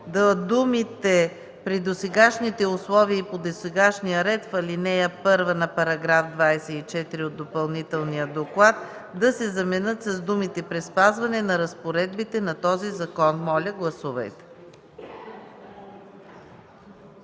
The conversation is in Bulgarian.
думите „при досегашните условия и по досегашния ред” в ал. 1 на § 24 от Допълнителния доклад, да се заменят с думите „при спазване на разпоредбите на този закон”. Гласували